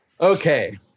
Okay